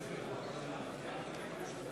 ברוורמן מצביע